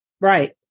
Right